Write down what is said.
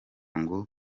ngo